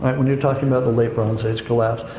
when you're talking about the late bronze age collapse.